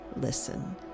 listen